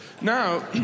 Now